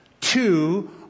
two